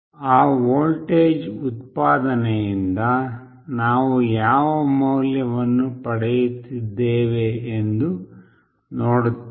ಆ ವೋಲ್ಟೇಜ್ ಉತ್ಪಾದನೆಯಿಂದ ನಾವು ಯಾವ ಮೌಲ್ಯವನ್ನು ಪಡೆಯುತ್ತಿದ್ದೇವೆ ಎಂದು ನೋಡುತ್ತೇವೆ